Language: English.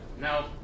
now